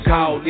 Call